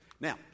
Now